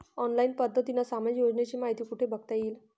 Online पद्धतीने सामाजिक योजनांची माहिती कुठे बघता येईल?